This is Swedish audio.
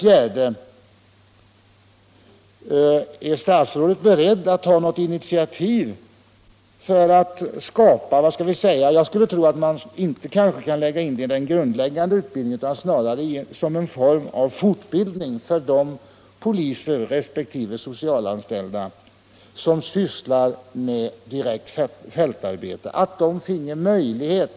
4, Är statsrådet beredd att ta något initiativ för att skapa en form av fortbildning för de poliser resp. socialanställda som sysslar med direkt narkotikamissbru ket narkotikamissbruket fältarbete, så att de får möjlighet att under förslagsvis någon månad följa fältarbetet i den andra organisationen?